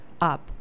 up